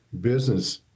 business